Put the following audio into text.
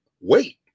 wait